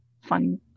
fun